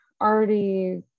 already